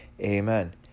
amen